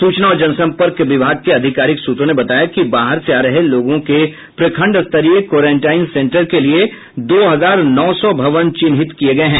सूचना और जनसम्पर्क विभाग के आधिकारिक सूत्रों ने बताया कि बाहर से आ रहे लोगों के प्रखंड स्तरीय क्वारेंटाइन सेंटर के लिए दो हजार नौ सौ भवन चिन्हित है